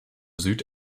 süd